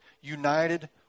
united